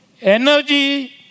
Energy